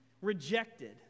rejected